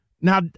now